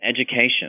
Education